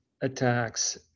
attacks